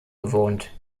bewohnt